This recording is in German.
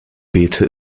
beete